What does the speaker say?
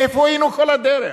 איפה היינו כל הדרך?